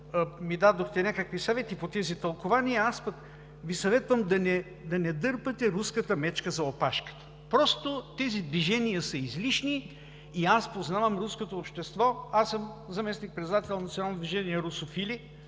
ми дадохте някакви съвети по тези тълкувания. Аз пък Ви съветвам да не дърпате руската мечка за опашката! Тези движения са излишни. Аз познавам руското общество. Аз съм заместник-председател на Националното движение „Русофили“